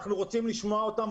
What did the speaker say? אנחנו רוצים לשמוע על התוכניות,